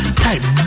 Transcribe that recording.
type